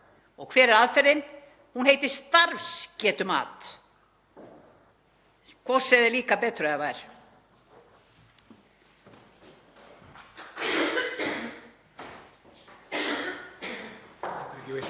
Og hver er aðferðin? Hún heitir starfsgetumat. Hvort sem þér líkar betur eða verr.